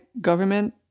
government